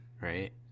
right